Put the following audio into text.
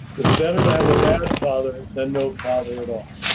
it's better to have a bad and father than no father at all.